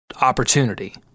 opportunity